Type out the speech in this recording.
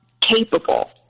capable